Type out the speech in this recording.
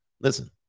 Listen